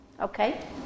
Okay